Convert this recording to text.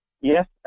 Yes